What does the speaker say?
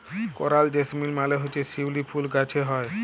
করাল জেসমিল মালে হছে শিউলি ফুল গাহাছে হ্যয়